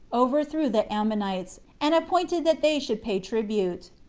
overthrew the ammonites, and appointed that they should pay tribute.